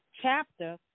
chapter